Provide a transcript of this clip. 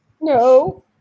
No